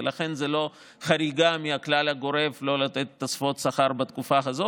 ולכן זאת לא חריגה מהכלל הגורף שלא לתת תוספות שכר בתקופה הזאת.